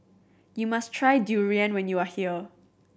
you must try durian when you are here